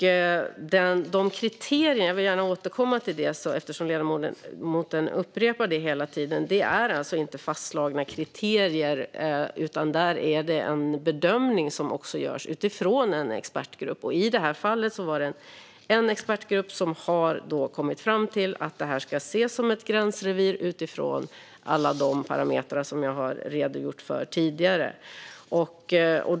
Jag vill gärna återkomma till frågan om kriterier, eftersom ledamoten upprepar frågan. Det är alltså inte fråga om fastslagna kriterier, utan där görs en bedömning av en expertgrupp. I det här fallet har en expertgrupp kommit fram till att det här reviret ska ses som ett gränsrevir utifrån alla de parametrar jag har redogjort för tidigare.